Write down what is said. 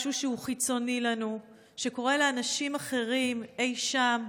משהו שהוא חיצוני לנו, שקורה לאנשים אחרים אי שם,